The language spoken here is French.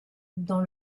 dans